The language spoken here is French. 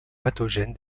pathogène